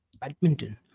Badminton